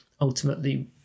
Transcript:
ultimately